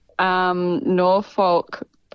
Norfolk